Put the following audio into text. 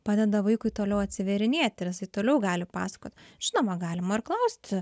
padeda vaikui toliau atsivėrinėti ir jis toliau gali pasakot žinoma galima ir klausti